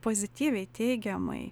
pozityviai teigiamai